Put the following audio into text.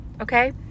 okay